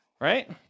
right